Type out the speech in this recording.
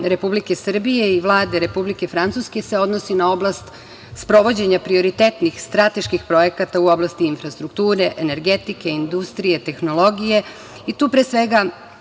Republike Srbije i Vlade Republike Francuske se odnosi na oblast sprovođenja prioritetnih strateških projekata u oblasti infrastrukture, energetike, industrije, tehnologije i tu, pre svega,